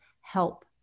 help